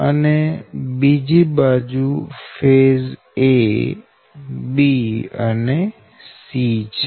અને બીજી બાજુ ફેઝ ab અને c છે